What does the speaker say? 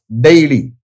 daily